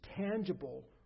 tangible